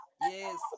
Yes